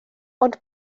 ond